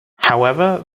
however